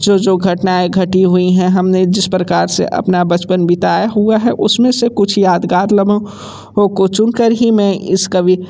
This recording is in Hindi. जो जो घटनाएँ घटी हुई हैं हमने जिस प्रकार से अपना बचपन बिताया हुआ है उसमें से कुछ यादगार लम्हों को चुनकर ही मैं इस कवि